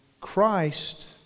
Christ